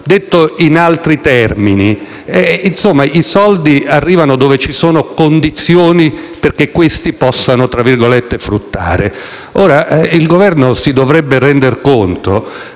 Detto in altri termini, i soldi arrivano dove ci sono condizioni perché questi possano fruttare. Il Governo si dovrebbe rendere conto